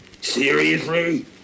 Seriously